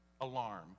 alarm